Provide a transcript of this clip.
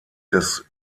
des